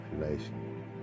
population